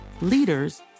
leaders